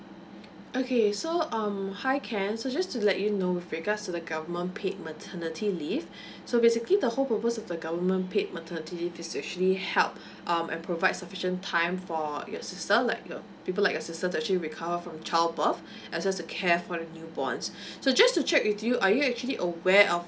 okay so um hi ken so just to let you know with regards to the government paid maternity leave so basically the whole purpose of the government paid maternity leave is actually help um and provide sufficient time for your sister like your people like your sister that's actually recover from child birth and also to care for the new born so just to check with you are you actually aware of